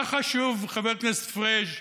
מה חשוב, חבר כנסת פריג',